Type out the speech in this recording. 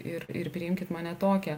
ir ir priimkit mane tokią